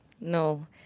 no